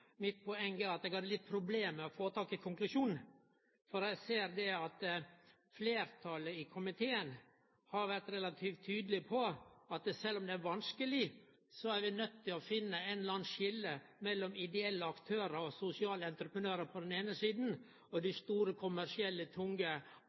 mitt. Poenget mitt var at eg hadde problem med å få tak i konklusjonen. Eg ser at fleirtalet i komiteen har vore relativt tydeleg på at sjølv om det er vanskeleg, er vi nøydde til å finne eit eller anna skilje mellom ideelle aktørar og sosiale entreprenørar på den eine sida og dei